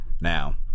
now